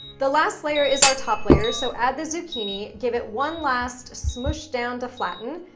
the last layer is our top layer, so add the zucchini, give it one last smush down to flatten,